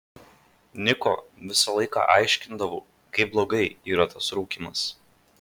niko visą laiką aiškindavau kaip blogai yra tas rūkymas